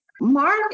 Mark